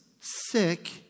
sick